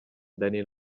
danny